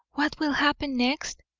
what will happen next?